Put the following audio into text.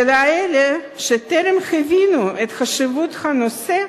ואלה שטרם הבינו את חשיבות הנושא,